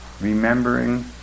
remembering